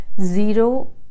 Zero